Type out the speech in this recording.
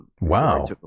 Wow